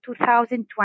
2020